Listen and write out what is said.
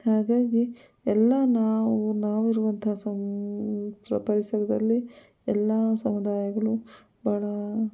ಹಾಗಾಗಿ ಎಲ್ಲ ನಾವು ನಾವಿರುವಂಥ ಸಂ ಪ್ರ ಪರಿಸರದಲ್ಲಿ ಎಲ್ಲ ಸಮುದಾಯಗಳು ಬಹಳ